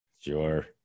Sure